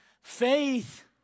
Faith